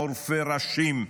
עורפי ראשים,